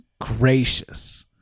gracious